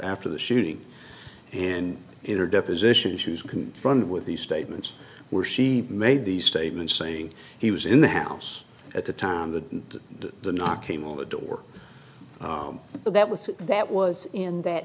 after the shooting and in her deposition shoes can run with these statements where she made these statements saying he was in the house at the time that the knock came on the door that was that was in that